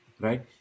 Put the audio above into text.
Right